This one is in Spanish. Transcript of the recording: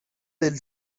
del